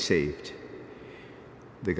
saved the